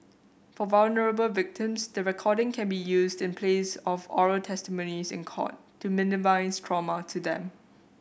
for vulnerable victims the recording can be used in place of oral testimonies in court to minimise trauma to them